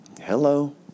Hello